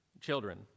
children